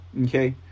Okay